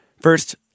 First